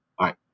right